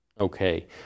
Okay